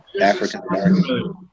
African-American